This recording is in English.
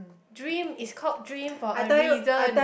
dream is called dream for a reason